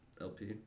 LP